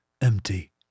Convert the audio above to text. empty